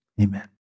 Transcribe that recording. amen